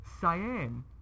cyan